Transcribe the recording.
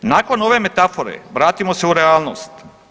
Nakon ove metafore vratimo se u realnost.